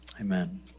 Amen